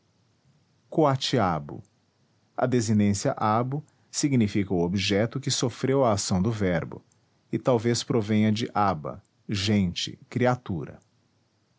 coatiabo a desinência abo significa o objeto que sofreu a ação do verbo e talvez provenha de aba gente criatura